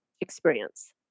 experience